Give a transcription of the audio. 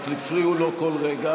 רק הפריעו לו כל רגע.